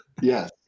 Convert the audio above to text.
Yes